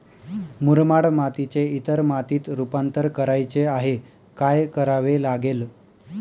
मुरमाड मातीचे इतर मातीत रुपांतर करायचे आहे, काय करावे लागेल?